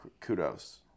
kudos